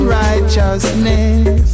righteousness